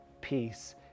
peace